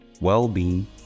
well-being